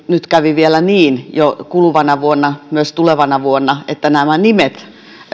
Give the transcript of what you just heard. nyt vielä kävi niin jo kuluvana vuonna myös tulevana vuonna että nämä nimet